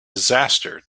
disaster